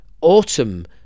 autumn